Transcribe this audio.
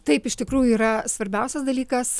taip iš tikrųjų yra svarbiausias dalykas